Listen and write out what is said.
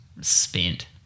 spent